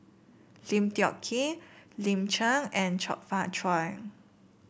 Lim Tiong Ghee Lin Chen and Chong Fah Cheong